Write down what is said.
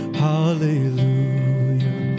hallelujah